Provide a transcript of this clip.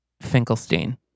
Finkelstein